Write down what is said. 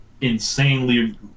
insanely